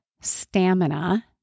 Stamina